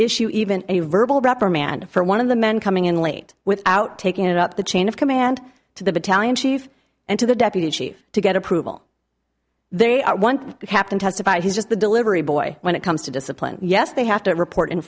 issue even a verbal reprimand for one of the men coming in late without taking it up the chain of command to the battalion chief and to the deputy chief to get approval they are one captain testified he's just the delivery boy when it comes to discipline yes they have to report